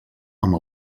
amb